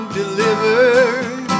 delivered